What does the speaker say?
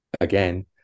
again